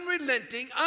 unrelenting